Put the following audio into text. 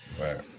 Right